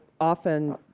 often